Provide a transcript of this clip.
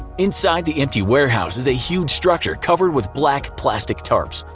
inside the empty warehouse is a huge structure covered with black plastic tarps.